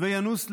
וינוס לאריאל,